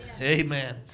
Amen